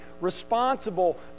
responsible